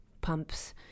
pumps